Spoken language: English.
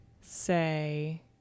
say